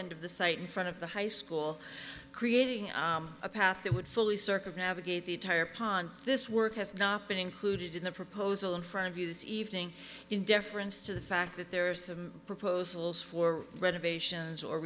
end of the site in front of the high school creating a path that would fully circle navigate the entire pond this work has not been included in the proposal in front of you this evening in deference to the fact that there are some proposals for reservations or